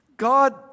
God